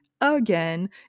Again